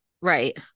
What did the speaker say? Right